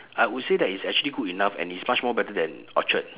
I would say that it's actually good enough and it's much more better than orchard